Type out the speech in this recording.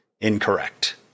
incorrect